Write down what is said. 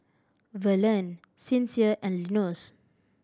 Verlene Sincere and Linus